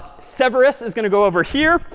severus is going to go over here.